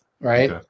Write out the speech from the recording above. right